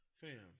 fam